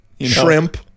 Shrimp